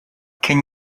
can